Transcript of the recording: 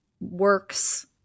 works